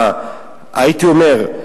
הייתי אומר,